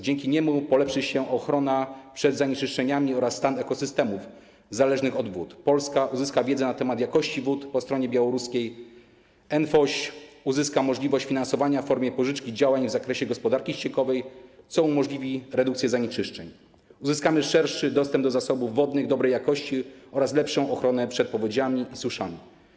Dzięki niemu polepszy się ochrona przed zanieczyszczeniami oraz stan ekosystemów zależnych od wód, Polska uzyska wiedzę na temat jakości wód po stronie białoruskiej, NFOŚ uzyska możliwość finansowania w formie pożyczki działań w zakresie gospodarki ściekowej, co umożliwi redukcję zanieczyszczeń, i uzyskamy szerszy dostęp do zasobów wodnych dobrej jakości oraz lepszą ochronę przed powodziami i suszami.